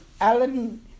Alan